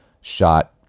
shot